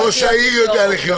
גם ראש העיר יודע לחיות אתו.